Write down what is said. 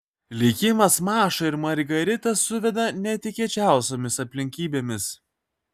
likimas mašą ir margaritą suveda netikėčiausiomis aplinkybėmis